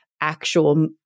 actual